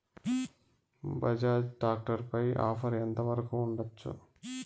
Bajaj tractor పై offer ఎంత వరకు ఉండచ్చు?